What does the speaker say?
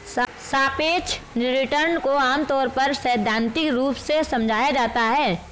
सापेक्ष रिटर्न को आमतौर पर सैद्धान्तिक रूप से समझाया जाता है